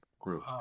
group